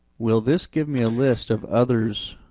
will this give me a list of others